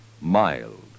mild